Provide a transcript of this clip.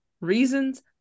reasons